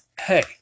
hey